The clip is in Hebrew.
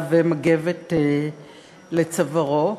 מגבת לצווארו.